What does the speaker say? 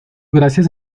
gracias